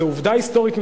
זאת עובדה היסטורית,